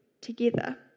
together